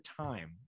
time